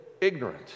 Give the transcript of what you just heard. ignorant